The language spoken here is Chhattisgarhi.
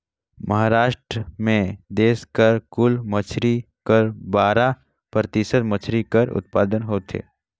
महारास्ट में देस कर कुल मछरी कर बारा परतिसत मछरी कर उत्पादन होथे